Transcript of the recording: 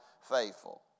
faithful